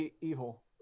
Evil